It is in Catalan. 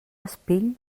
espill